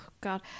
God